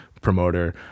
promoter